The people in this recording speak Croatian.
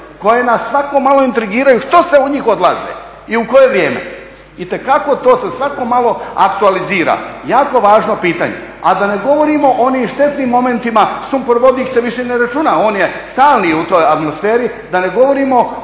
kojima svako malo … što se u njih odlaže i u koje vrijeme. Itekako to se svako malo aktualizira, jako važno pitanje. A da ne govorimo o onim štetnim momentima, sumpor vodit se više ne računa, on je stalni u toj atmosferi, da ne govorimo